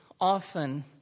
often